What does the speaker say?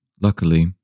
Luckily